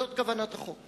זאת כוונת החוק.